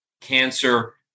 cancer